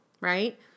right